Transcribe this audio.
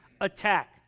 attack